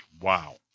Wow